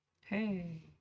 Hey